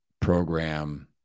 program